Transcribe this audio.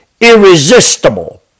irresistible